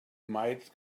might